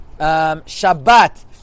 Shabbat